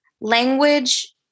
language